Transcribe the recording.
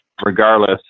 regardless